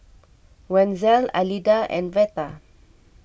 Wenzel Alida and Veta